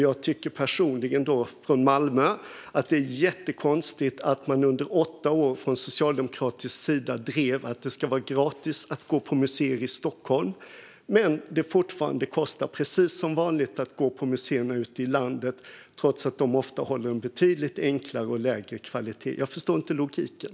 Jag kommer från Malmö och tycker personligen att det är jättekonstigt att man under åtta år från socialdemokratisk sida drev att det ska vara gratis att gå på museer i Stockholm. Men det kostar precis som vanligt att gå på museerna ute i landet, trots att de ofta håller en betydligt enklare och lägre kvalitet. Jag förstår inte logiken.